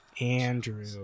Andrew